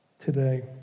today